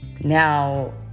Now